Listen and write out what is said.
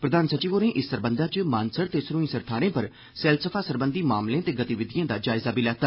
प्रधान सचिव होरें इस सरबंधै च मानसर ते सरूईसर थाह्रें पर सैलसफा सरबंधी मामलें ते गतिविधिएं दा जायजा बी लैता